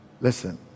listen